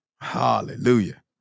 Hallelujah